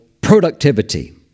productivity